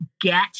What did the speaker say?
Get